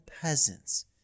peasants